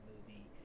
movie